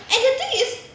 and the thing is